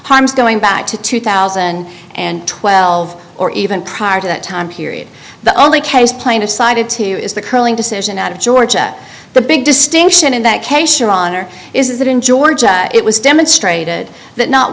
harms going back to two thousand and twelve or even prior to that time period the only case plain decided to is the curling decision out of georgia the big distinction in that case your honor is that in georgia it was demonstrated that not